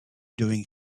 doing